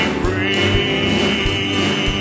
free